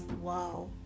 Wow